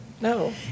No